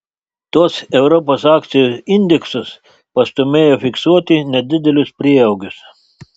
tuos europos akcijų indeksus pastūmėjo fiksuoti nedidelius prieaugius